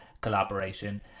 collaboration